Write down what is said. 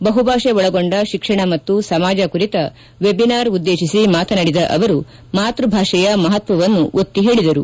ಬಹುಭಾಷೆ ಒಳಗೊಂಡ ಶಿಕ್ಷಣ ಮತ್ತು ಸಮಾಜ ಕುರಿತ ವೆಬಿನಾರ್ ಉದ್ದೇಶಿಸಿ ಮಾತನಾಡಿದ ಅವರು ಮಾತೃಭಾಷೆಯ ಮಪತ್ವವನ್ನು ಒತ್ತಿ ಹೇಳಿದರು